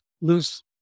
lose